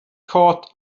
caught